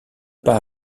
pas